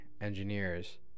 engineers